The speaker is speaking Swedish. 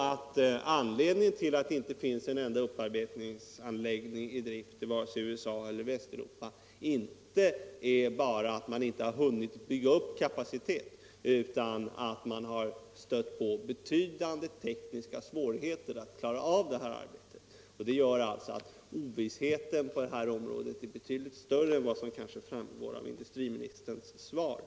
Anledningen till att det inte finns en enda upparbetningsanläggning i drift vare sig i USA eller i Västeuropa — Nr 92 är inte bara att man inte har hunnit bygga upp kapacitet, utan man Tisdagen den har stött på betydande tekniska svårigheter att klara av arbetet. Oviss 27 maj 1975 heten på detta område är därför betydligt större än vad som framgår av industriministerns svar.